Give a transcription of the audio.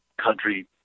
country